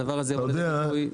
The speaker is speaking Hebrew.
הדבר הזה יבוא ליידי ביטוי,